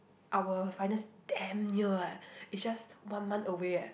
our finals damn near eh is just one month away eh